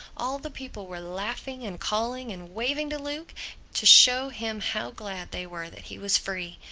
all the people were laughing and calling and waving to luke to show him how glad they were that he was free.